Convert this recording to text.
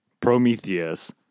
Prometheus